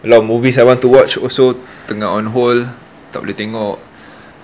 a lot of movies I want to watch also tengah on hold tak boleh tengok